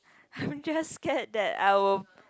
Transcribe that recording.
I'm just scared that I will